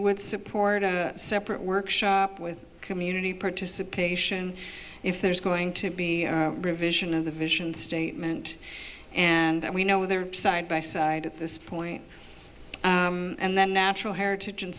would support a separate workshop with community participation if there's going to be revisions of the vision statement and we know there side by side at this point and then natural heritage and